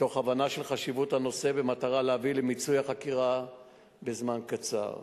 מתוך הבנה של חשיבות הנושא ובמטרה להביא למיצוי החקירה בזמן קצר.